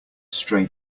stray